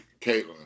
Caitlyn